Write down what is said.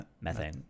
methane